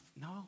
No